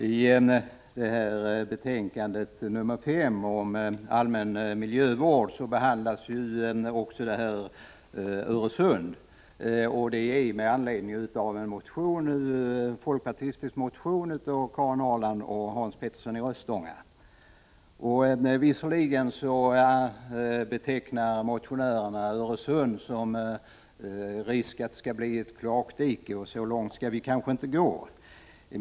Herr talman! I detta betänkande nr 5 från jordbruksutskottet om allmän miljövård behandlas också med anledning av en folkpartistisk motion av Karin Ahrland och Hans Petersson i Röstånga frågan om föroreningar av Öresund. Visserligen påpekar motionärerna att Öresund riskerar att bli ett kloakdike och så långt skall det kanske inte behöva gå.